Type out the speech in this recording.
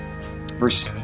Verse